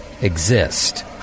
exist